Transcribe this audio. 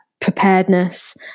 preparedness